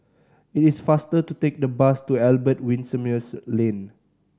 it is faster to take the bus to Albert Winsemius Lane